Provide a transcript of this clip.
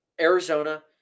Arizona